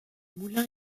moulin